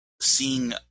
seeing